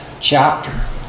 chapter